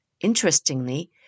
Interestingly